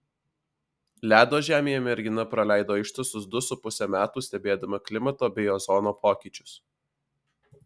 ledo žemėje mergina praleido ištisus du su puse metų stebėdama klimato bei ozono pokyčius